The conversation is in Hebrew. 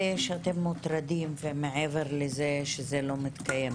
שאתם מוטרדים ומעבר לזה שזה לא מתקיים,